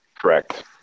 Correct